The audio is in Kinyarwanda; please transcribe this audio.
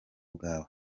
bwawe